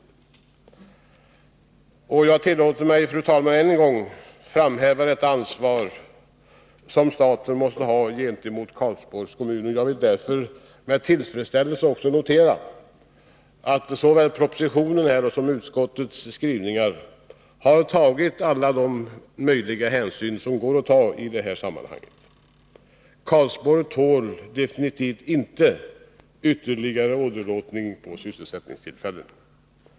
Jag tillåter mig, fru talman, att än en gång framhäva detta ansvar som staten måste ha gentemot Karlsborgs kommun. Jag kan därför med tillfredsställelse notera att man i såväl propositionen som utskottets skrivningar har tagit alla de hänsyn som är möjliga att ta i detta sammanhang. Karlsborgs kommun tål definitivt inte ytterligare åderlåtning på sysselsättningstillfällen.